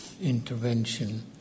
intervention